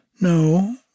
No